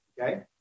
Okay